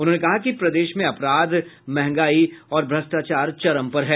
उन्होंने कहा कि प्रदेश में अपराध मंहगाई और भ्रष्टाचार चरम पर है